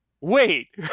wait